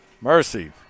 Mercy